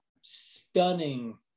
stunning